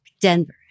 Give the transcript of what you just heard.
Denver